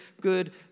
good